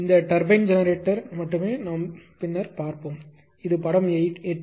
இந்த turbine generator மட்டுமே நாம் பின்னர் பார்ப்போம் இது படம் 8